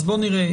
אז בואו נראה,